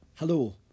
Hello